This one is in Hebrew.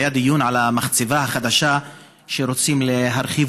היה דיון על המחצבה החדשה שרוצים להרחיב,